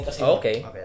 okay